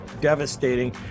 devastating